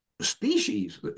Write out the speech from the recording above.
species